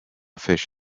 fish